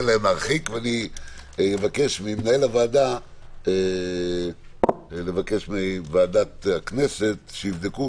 אבקש ממנהל הוועדה לבקש מוועדת הכנסת שיבדקו,